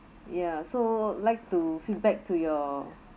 ya so like to feedback to your